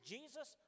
Jesus